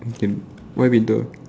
okay why painter